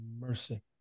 mercy